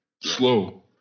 Slow